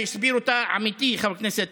שהסביר אותה עמיתי חבר הכנסת